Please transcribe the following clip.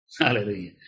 Hallelujah